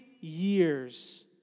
years